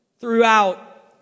throughout